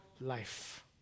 life